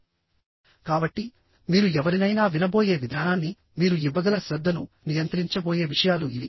కాబట్టి మీరు ఎవరినైనా వినబోయే విధానాన్ని మీరు ఇవ్వగల శ్రద్ధను నియంత్రించబోయే విషయాలు ఇవి